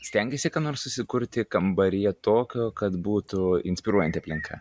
stengiesi ką nors susikurti kambaryje tokio kad būtų inspiruojanti aplinka